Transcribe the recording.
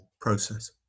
process